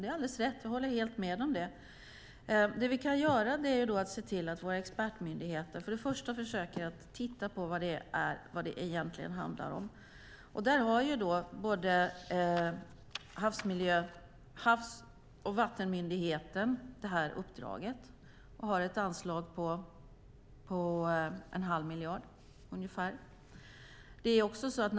Det är alldeles rätt, jag håller helt med om det. Det vi kan göra är att se till att våra expertmyndigheter för det första försöker att titta på vad det egentligen handlar om. Havs och vattenmyndigheten har det uppdraget och har ett anslag på ungefär en halv miljard.